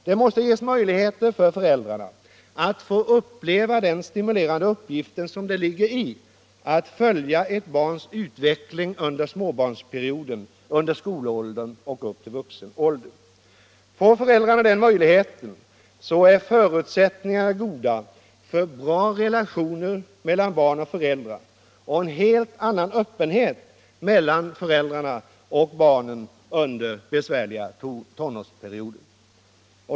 Det måste ges möjligheter för föräldrarna att få uppleva den stimulerande uppgiften att följa ett barns utveckling under småbarnsperioden, under skolåldern och upp till vuxen ålder. Får föräldrarna den möjligheten är förutsättningarna goda för bra relationer och en helt annan öppenhet mellan föräldrar och barn under besvärliga tonårsperioder.